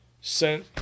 sent